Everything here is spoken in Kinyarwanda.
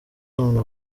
none